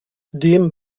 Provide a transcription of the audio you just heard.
dem